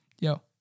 yo